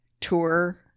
tour